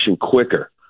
quicker